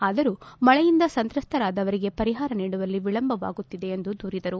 ಆದರೂ ಮಳೆಯಿಂದ ಸಂತ್ರಸ್ತರಾದವರಿಗೆ ಪರಿಹಾರ ನೀಡುವಲ್ಲಿ ವಿಳಂಬವಾಗುತ್ತಿದೆ ಎಂದು ದೂರಿದರು